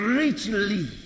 richly